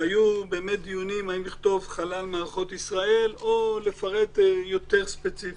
היו דיונים אם לכתוב חלל מערכות ישראל או לפרט יותר ספציפית.